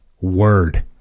Word